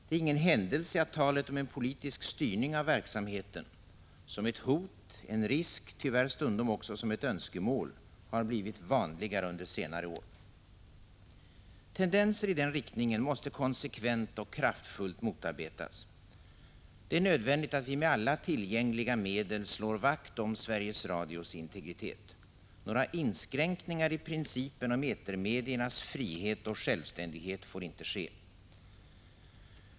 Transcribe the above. Det är ingen händelse att talet om en politisk styrning av verksamheten — som ett hot, en risk och tyvärr stundom också som ett önskemål — har blivit vanligare under senare år. Tendenser i den riktningen måste konsekvent och kraftfullt motarbetas. Det är nödvändigt att vi med alla tillgängliga medel slår vakt om Sveriges Radios integritet. Några inskränkningar i principen om etermediernas frihet och självständighet får inte ske.